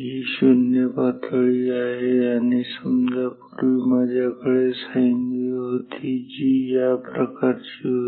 ही 0 पातळी आहे आणि समजा की पूर्वी माझ्याकडे साइन वेव्ह होती जी या प्रकारची होती